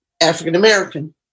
African-American